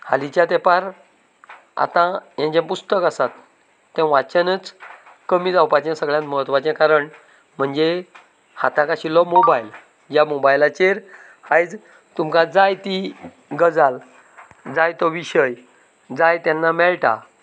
हालीच्या तेपार आता हे जें पुस्तक आसात तें वाचनच कमी जावपाचें सगळ्यांत महत्वाचें कारण म्हणजे हाताक आशिल्लो मोबायल ह्या मोबायलाचेर आयज तुमकां जाय ती गजाल जाय तो विशय जाय तेन्ना मेळटा